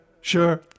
Sure